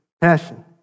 passion